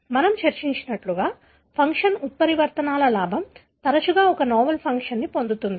మనము చర్చించినట్లుగా ఫంక్షన్ ఉత్పరివర్తనాల లాభం తరచుగా ఒక నావెల్ ఫంక్షన్ను పొందుతుంది